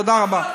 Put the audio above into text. תודה רבה.